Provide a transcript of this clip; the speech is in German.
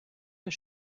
der